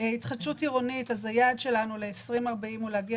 התחדשות עירונית: היעד שלנו ל-2040 הוא להגיע